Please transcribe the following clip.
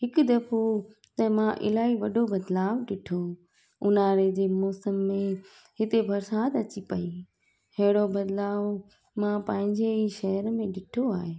हिकु दफ़ो त मां इलाही वॾो बदिलाव ॾिठो उन्हारे जे मौसम में हिते बरिसात अची पई अहिड़ो बदलाव मां पंहिंजे ई शहर में ॾिठो आहे